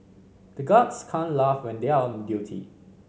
the guards can't laugh when they are on duty